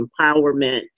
empowerment